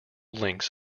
links